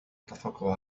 إتفقوا